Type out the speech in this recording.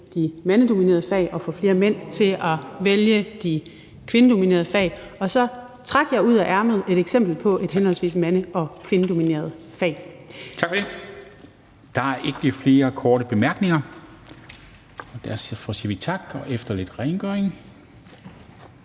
de mandsdominerede fag og få flere mænd til at vælge de kvindedominerede. Og så trak jeg ud af ærmet et eksempel på henholdsvis et mands- og et kvindedominerede fag. Kl. 19:34 Formanden (Henrik Dam Kristensen): Der er ikke flere korte bemærkninger. Derfor siger vi tak, og efter lidt rengøring